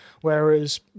Whereas